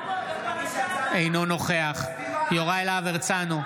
אינו נוכח יוראי להב הרצנו,